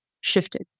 shifted